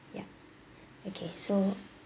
ya okay so